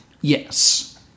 Yes